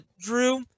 Drew